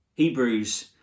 Hebrews